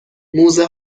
موزه